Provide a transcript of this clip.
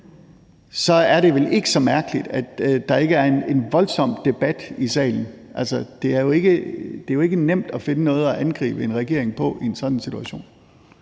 år, er det vel ikke så mærkeligt, at der ikke er en voldsom debat i salen. Det er jo ikke nemt at finde noget at angribe en regering på i en sådan situation.